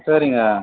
சரிங்க